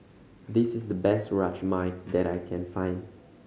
this is the best Rajma that I can find